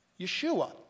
Yeshua